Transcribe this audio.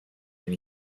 wenn